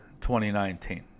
2019